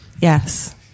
yes